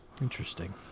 Interesting